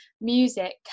music